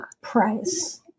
price